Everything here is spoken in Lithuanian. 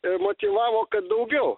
ir motyvavo kad daugiau